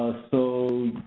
so,